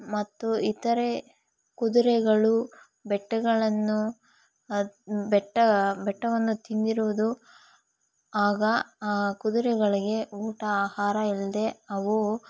ಮತ್ತು ಇತರೆ ಕುದುರೆಗಳು ಬೆಟ್ಟಗಳನ್ನು ಅದು ಬೆಟ್ಟ ಬೆಟ್ಟವನ್ನು ತಿಂದಿರುವುದು ಆಗ ಆ ಕುದುರೆಗಳಿಗೆ ಊಟ ಆಹಾರ ಇಲ್ಲದೇ ಅವು